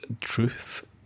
truth